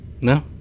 No